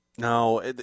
No